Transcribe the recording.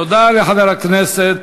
תודה לחבר הכנסת